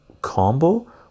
combo